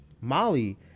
Molly